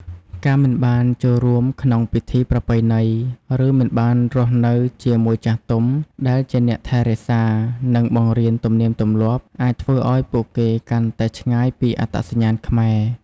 ការមិនបានចូលរួមក្នុងពិធីប្រពៃណី ឬមិនបានរស់នៅជាមួយចាស់ទុំ ដែលជាអ្នកថែរក្សា និងបង្រៀនទំនៀមទម្លាប់ អាចធ្វើឱ្យពួកគេកាន់តែឆ្ងាយពីអត្តសញ្ញាណខ្មែរ។